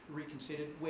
reconsidered